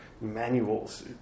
manuals